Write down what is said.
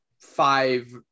five